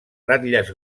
ratlles